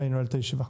ואני נועל את הישיבה.